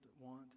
want